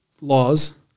laws